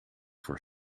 voor